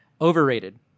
Overrated